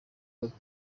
yoweli